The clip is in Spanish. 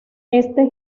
éste